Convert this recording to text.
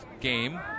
game